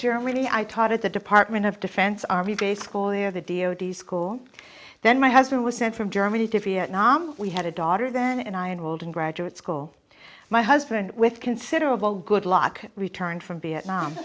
germany i taught at the department of defense army day school year the d o d s school then my husband was sent from germany to vietnam we had a daughter then and i enrolled in graduate school my husband with considerable good luck returned from vietnam